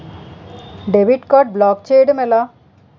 Debit card block చేయటం ఎలా?